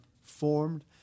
formed